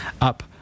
up